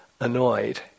annoyed